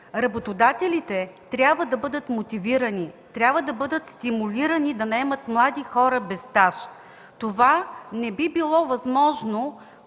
работодателите трябва да бъдат мотивирани, да бъдат стимулирани да наемат млади хора без стаж. Това не би било възможно